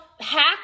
hack